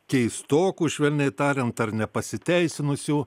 keistokų švelniai tariant ar nepasiteisinusių